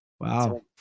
Wow